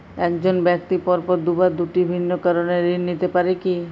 এক জন ব্যক্তি পরপর দুবার দুটি ভিন্ন কারণে ঋণ নিতে পারে কী?